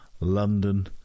London